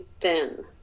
thin